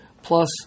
plus